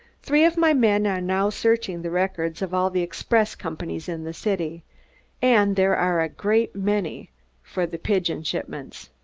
three of my men are now searching the records of all the express companies in the city and there are a great many for the pigeon shipments.